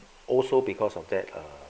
also because of that err